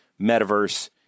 metaverse